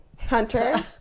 Hunter